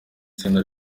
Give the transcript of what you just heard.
tsinda